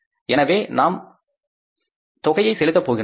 எனவே நாம் தொகையை செலுத்த போகின்றோம்